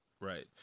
Right